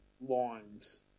lines –